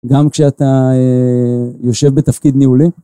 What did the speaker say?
גם כשאתה יושב בתפקיד ניהולי.